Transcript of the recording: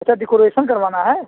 तो क्या डिकोरेशन करवाना है